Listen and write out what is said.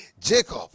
Jacob